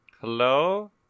Hello